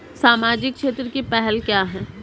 सामाजिक क्षेत्र की पहल क्या हैं?